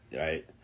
Right